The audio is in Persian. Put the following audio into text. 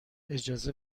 اجازه